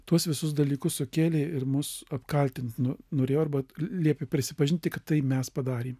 tuos visus dalykus sukėlė ir mus apkaltinti nu norėjo arba liepė prisipažinti tiktai mes padarėm